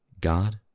God